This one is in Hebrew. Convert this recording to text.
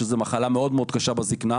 שזו מחלה שהיא מאוד מאוד קשה בזקנה.